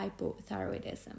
hypothyroidism